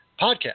podcast